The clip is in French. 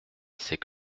c’est